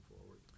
forward